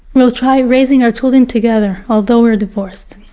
we'll try raising our children together, although we're divorced.